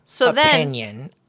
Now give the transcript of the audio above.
opinion